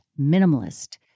minimalist